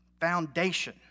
foundation